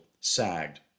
sagged